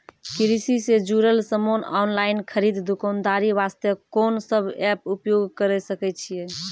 कृषि से जुड़ल समान ऑनलाइन खरीद दुकानदारी वास्ते कोंन सब एप्प उपयोग करें सकय छियै?